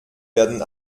werden